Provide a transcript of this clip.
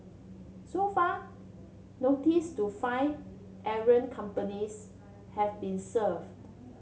so far notice to five errant companies have been served